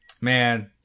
Man